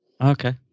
Okay